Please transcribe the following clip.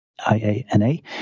IANA